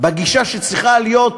בגישה שצריכה להיות,